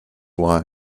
lie